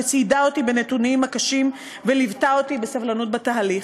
שציידה אותי בנתונים הקשים וליוותה אותי בסבלנות בתהליך,